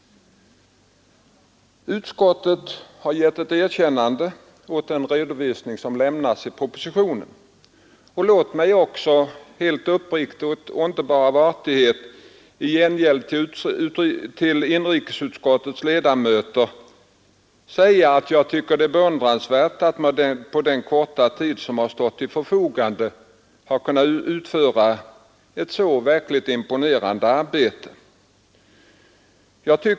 Utskottet har givit den redovisning som lämnas i propositionen sitt erkännande. Låt mig, helt uppriktigt och inte bara av artighet, i gengäld till inrikesutskottets ledamöter säga att jag tycker att det är beundransvärt att man på den korta tid som stått till förfogande har kunnat utföra ett så verkligt imponerande arbete.